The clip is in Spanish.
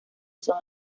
son